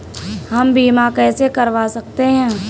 हम बीमा कैसे करवा सकते हैं?